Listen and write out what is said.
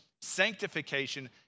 Sanctification